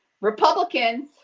Republicans